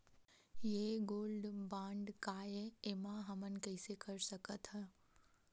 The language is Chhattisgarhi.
ये गोल्ड बांड काय ए एमा हमन कइसे कर सकत हव?